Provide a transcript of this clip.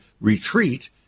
retreat